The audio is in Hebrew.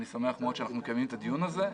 אני שמח מאוד שאנחנו מקיימים את הדיון הזה.